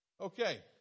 Okay